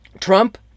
Trump